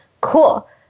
Cool